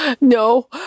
No